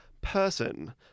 person